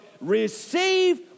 receive